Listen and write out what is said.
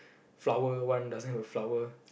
flower one doesn't have a flower